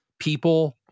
people